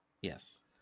Yes